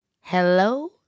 Hello